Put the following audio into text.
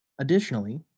Additionally